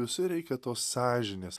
visur reikia tos sąžinės